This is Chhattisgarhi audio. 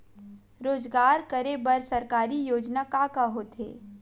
रोजगार करे बर सरकारी योजना का का होथे?